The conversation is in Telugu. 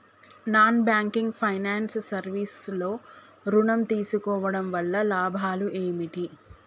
నాన్ బ్యాంకింగ్ ఫైనాన్స్ సర్వీస్ లో ఋణం తీసుకోవడం వల్ల లాభాలు ఏమిటి?